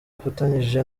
afatanyije